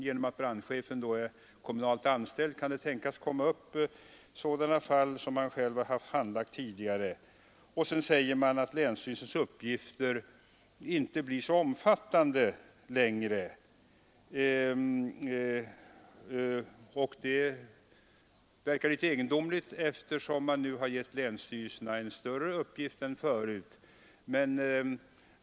Genom att brandchefen är kommunalt anställd kan det tänkas komma upp sådana fall som han själv har handlagt tidigare. Vidare säger man att länsstyrelsens uppgifter inte blir så omfattande längre. Det verkar litet egendomligt, eftersom man nu givit länsstyrelserna större uppgifter än tidigare.